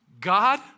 God